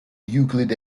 euclid